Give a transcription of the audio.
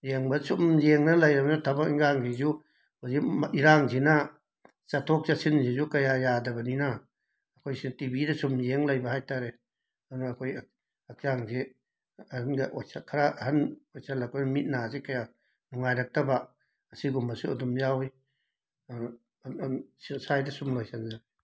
ꯌꯦꯡꯕ ꯁꯨꯝ ꯌꯦꯡꯗꯅ ꯂꯩꯔꯕꯅꯤꯅ ꯊꯕꯛ ꯏꯟꯈꯥꯡꯁꯤꯁꯨ ꯍꯧꯖꯤꯛ ꯃ ꯏꯔꯥꯡꯁꯤꯅ ꯆꯠꯊꯣꯛ ꯆꯠꯁꯤꯟꯁꯤꯁꯨ ꯀꯌꯥ ꯌꯥꯗꯕꯅꯤꯅ ꯑꯩꯈꯣꯏꯁꯨ ꯇꯤꯕꯤꯗ ꯁꯨꯝ ꯌꯦꯡ ꯂꯩꯕ ꯍꯥꯏꯇꯥꯔꯦ ꯑꯗꯨꯅ ꯑꯩꯈꯣꯏ ꯍꯛꯆꯥꯡꯁꯦ ꯈꯔ ꯑꯍꯟ ꯑꯣꯏꯁꯤꯜꯂꯛꯄ ꯃꯤꯠ ꯅꯥꯁꯤ ꯀꯌꯥ ꯅꯨꯡꯉꯥꯏꯔꯛꯇꯕ ꯁꯤꯒꯨꯝꯕꯁꯨ ꯑꯗꯨꯝ ꯌꯥꯎꯏ ꯁ꯭ꯋꯥꯏꯗ ꯁꯨꯝ ꯂꯣꯏꯁꯤꯟꯖꯔꯦ